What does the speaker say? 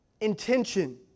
intention